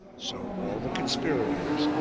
so all the conspirators,